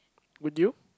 would you